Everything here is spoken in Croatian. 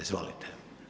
Izvolite.